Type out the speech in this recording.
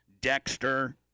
Dexter